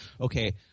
okay